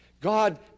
God